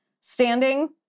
standing